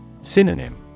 Synonym